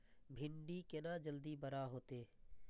भिंडी केना जल्दी बड़ा होते?